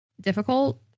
difficult